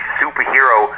superhero